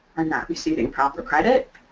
are not receiving proper credit,